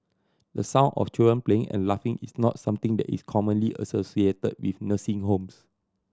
the sound of children playing and laughing is not something that is commonly associated with nursing homes